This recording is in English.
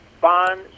fun